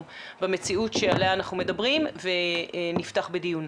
במציאות עליה אנחנו מדברים ולאחר מכן נפתח בדיון.